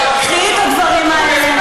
קחי את הדברים האלה,